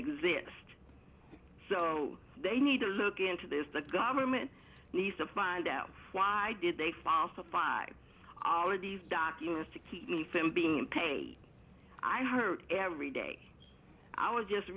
exist so they need to look into this the government needs to find out why did they fall to five all of these documents to keep me from being paid i heard every day i was just